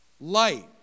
light